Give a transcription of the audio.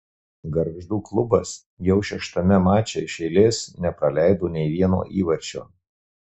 gargždų klubas jau šeštame mače iš eilės nepraleido nei vieno įvarčio